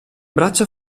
braccia